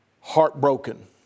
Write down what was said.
Heartbroken